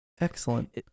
Excellent